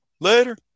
Later